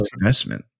investment